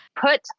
put